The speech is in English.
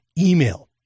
email